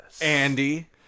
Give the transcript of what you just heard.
Andy